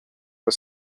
the